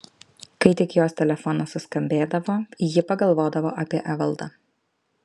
kai tik jos telefonas suskambėdavo ji pagalvodavo apie evaldą